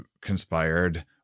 conspired